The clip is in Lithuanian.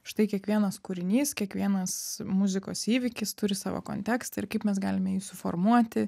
štai kiekvienas kūrinys kiekvienas muzikos įvykis turi savo kontekstą ir kaip mes galime jį suformuoti